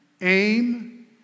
aim